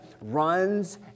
runs